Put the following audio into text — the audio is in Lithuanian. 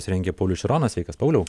juos rengė paulius šironas sveikas pauliau